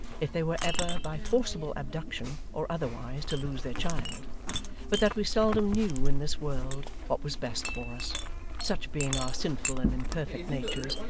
if they were ever, by forcible abduction, or otherwise, to lose their child but that we seldom knew, in this world, what was best for us such being our sinful and imperfect natures,